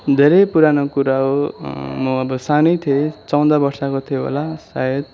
धेरै पुरानो कुरा हो म अब सानै थिँए चौध वर्षको थिएँ होला सायद